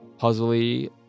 puzzly